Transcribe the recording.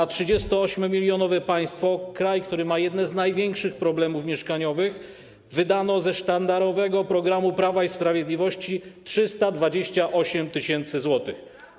W 38-milionowym państwie, kraju, który ma jedne z największych problemów mieszkaniowych, wydano ze sztandarowego programu Prawa i Sprawiedliwości 328 tys. zł.